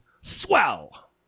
swell